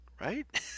Right